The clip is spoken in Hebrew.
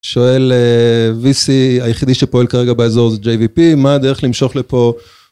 שואל VC, היחידי שפועל כרגע באזור זאת JVP, מה הדרך למשוך לפה?